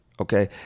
Okay